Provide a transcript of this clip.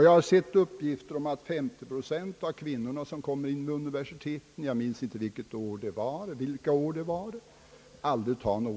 Jag har sett uppgifter om att 50 procent av de kvinnor som kommer in i universiteten aldrig tar någon examen — jag minns inte vilket år uppgifterna avser.